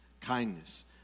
kindness